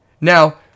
Now